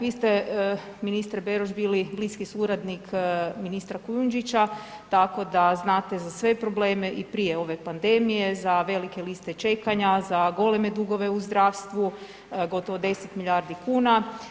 Vi ste, ministre Beroš bili bliski suradnik ministra Kujundžića tako da znate za sve probleme i prije ove pandemije, za velike liste čekanja, za goleme dugove u zdravstvu, gotovo 10 milijardi kuna.